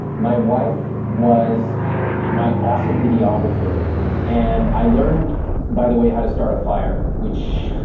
my wife was my awesome videographer and i learned by the way, how to start a fire, which,